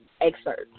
excerpt